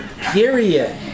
period